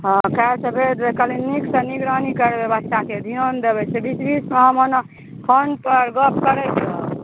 हँ काल्हिसँ भेज देबै कनी नीकसँ निगरानी करबै बच्चाके ध्यान देबै बीच बीचमे हम ओना फोनपर गप करैत रहब